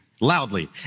loudly